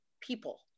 people